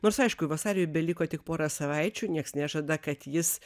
nors aišku vasariui beliko tik porą savaičių nieks nežada kad jis